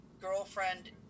girlfriend